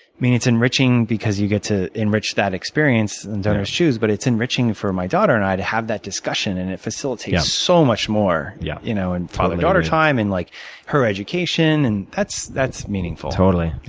it's enriching because you get to enrich that experience in donors choose. but it's enriching for my daughter and i to have that discussion. and it facilitates so much more yeah you know in father daughter time and like her education. and that's that's meaningful. totally,